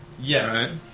Yes